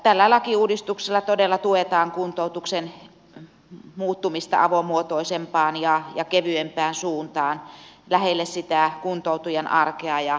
tällä lakiuudistuksella todella tuetaan kuntoutuksen muuttumista avomuotoisempaan ja kevyempään suuntaan lähelle sitä kuntoutujan arkea ja elinympäristöä